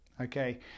Okay